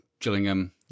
Gillingham